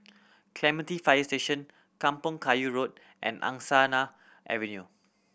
Clementi Fire Station Kampong Kayu Road and Angsana Avenue